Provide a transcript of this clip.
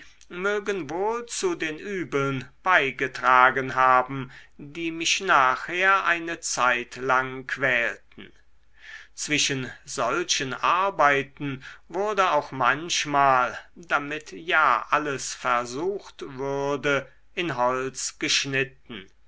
wohl zu den übeln beigetragen haben die mich nachher eine zeitlang quälten zwischen solchen arbeiten wurde auch manchmal damit ja alles versucht würde in holz geschnitten